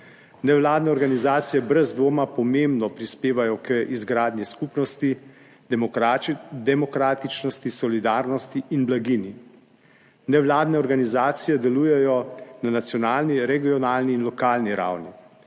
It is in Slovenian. Nevladne organizacije brez dvoma pomembno prispevajo k izgradnji skupnosti, demokratičnosti, solidarnosti in blaginji. Nevladne organizacije delujejo na nacionalni, regionalni in lokalni ravni.